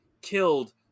killed